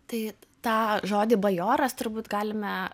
tai tą žodį bajoras turbūt galime